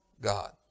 God